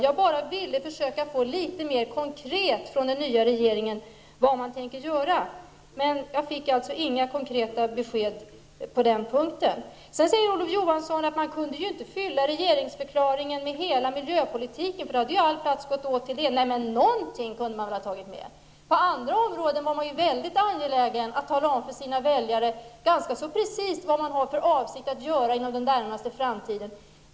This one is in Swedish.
Jag försökte bara få litet mera konkreta besked från den nya regeringen om vad den tänker göra, men jag fick alltså inga konkreta besked på den punkten. Sedan säger Olof Johansson att man inte kunde följa regeringsförklaringen med hela miljöpolitiken, för då hade all plats gått åt. Men någonting kunde man ha tagit med. På andra områden var man väldigt angelägen om att tala om för sina väljare ganska precis vad man har för avsikt att göra inom den närmaste framtiden.